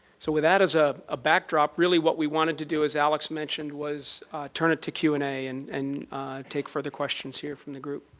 so with that as ah a back drop, what we wanted to do as alex mentioned was turn to q and a and and take further questions here from the group.